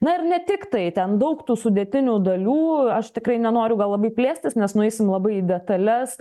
na ir ne tiktai ten daug tų sudėtinių dalių aš tikrai nenoriu gal labai plėstis nes nueisim labai į detales